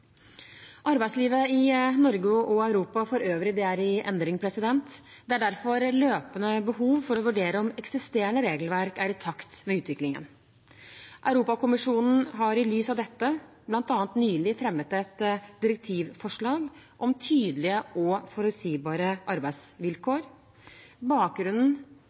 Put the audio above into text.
Arbeidslivet i Norge og Europa for øvrig er i endring. Det er derfor et løpende behov for å vurdere om eksisterende regelverk er i takt med utviklingen. Europakommisjonen har i lys av dette nylig bl.a. fremmet et direktivforslag om tydelige og forutsigbare arbeidsvilkår. Bakgrunnen